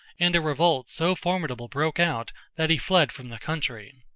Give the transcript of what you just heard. and a revolt so formidable broke out, that he fled from the country.